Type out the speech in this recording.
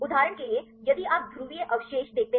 उदाहरण के लिए यदि आप ध्रुवीय अवशेष देखते हैं